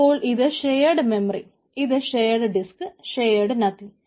അപ്പോൾ ഇത് shared memory ഇത് ഷെയേഡ് ഡിസ്ക് ഷെയേഡ് നത്തിങ്ങ്